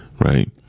right